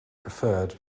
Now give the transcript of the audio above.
preferred